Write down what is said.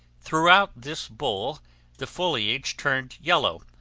throughout this bowl the foliage turned yellow,